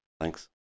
thanks